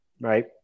Right